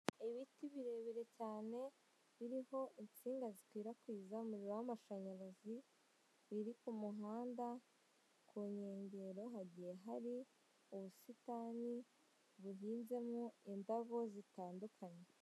Ibiti birebire cyane biriho insinga zikwirakwiza umuriro w'amashanyarazi biri ku muhanda ku nkengero hagiye hari ubusitani bwiganjemo indabo zitandukanye.